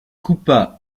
coupa